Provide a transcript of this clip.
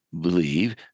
believe